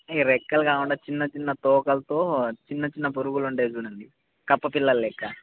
రెక్కలు కాకుండా చిన్న చిన్న తోకలతో చిన్న చిన్న పురుగులు ఉంటాయి చూడండి కప్పపిల్లలు లేక